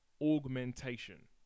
augmentation